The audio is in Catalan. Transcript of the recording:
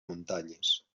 muntanyes